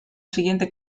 siguiente